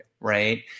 Right